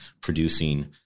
producing